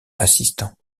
assistant